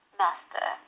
master